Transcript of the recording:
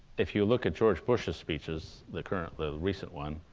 if you look at george bush's speeches, the kind of the recent ones,